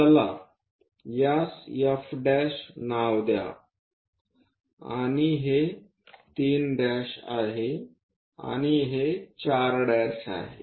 चला यास F' नाव द्या आणि हे 3' आहे आणि हे 4' आहे